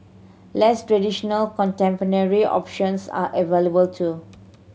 less traditional contemporary options are available too